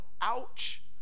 ouch